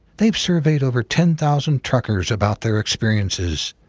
they've surveyed over ten thousand truckers about their experiences.